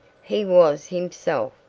he was himself,